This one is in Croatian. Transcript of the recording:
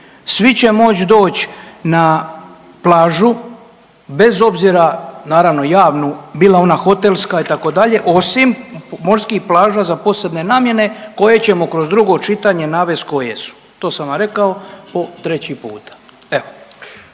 svi će moć doć na plažu bez obzira, naravno javnu, bila ona hotelska itd. osim morskih plaža za posebne namjene koje ćemo kroz drugo čitanje navest koje su, to sam vam rekao po treći puta,